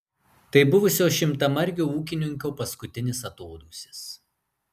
tai buvusio šimtamargio ūkininko paskutinis atodūsis